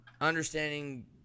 understanding